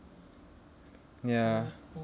ya